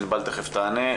ענבל תיכף תענה.